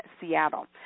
Seattle